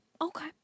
Okay